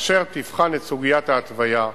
אשר תבחן את סוגיית ההתוויה,